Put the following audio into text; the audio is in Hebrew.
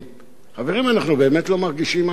חברים, אנחנו באמת לא מרגישים מה אנחנו עושים?